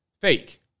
fake